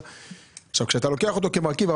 כשאתה לוקח אותו כמרכיב,